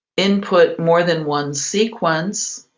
input more than one sequence.